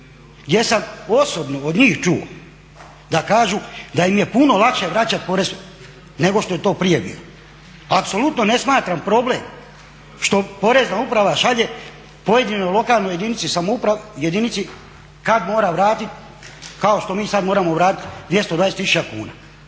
gdje sam osobno od njih čuo da kažu da im je puno lakše vraćati porez nego što je to prije bilo. Apsolutno ne smatram problem što Porezna uprava šalje pojedinoj lokalnoj jedinici kad mora vratiti kao što mi sad moramo vratiti 220 tisuća kuna.